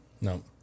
No